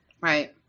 Right